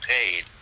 paid